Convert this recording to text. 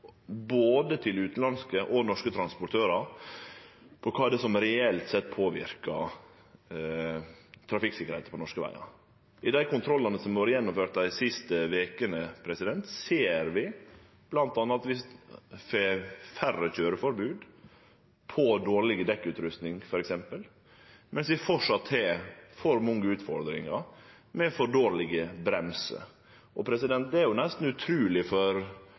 både til utanlandske og til norske transportørar – med omsyn til kva det er som reelt sett påverkar trafikksikkerheita på norske vegar. I dei kontrollane som har vore gjennom dei siste vekene, ser vi bl.a. at ein får færre køyreforbod på grunn av dårleg dekkutrusting, f.eks., mens vi framleis har for mange utfordringar med for dårlege bremsar. Det er jo nesten utruleg for